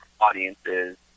audiences